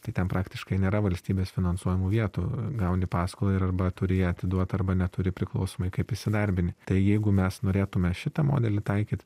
tai ten praktiškai nėra valstybės finansuojamų vietų gauni paskolą ir arba turi ją atiduot arba neturi priklausomai kaip įsidarbini tai jeigu mes norėtume šitą modelį taikyt